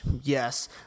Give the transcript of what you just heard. Yes